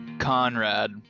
Conrad